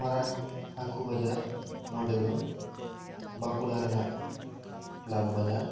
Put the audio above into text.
ᱢᱟᱨᱟᱝ ᱦᱟᱹᱠᱩ ᱵᱟᱡᱟᱨ ᱱᱚᱰᱮ ᱫᱚ ᱵᱟᱸᱠᱩᱲᱟ ᱨᱮᱱᱟᱜ ᱞᱟᱞ ᱵᱟᱡᱟᱨ